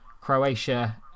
Croatia